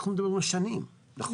אנחנו מדברים על שנים, נכון?